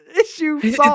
issue